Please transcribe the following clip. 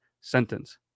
sentence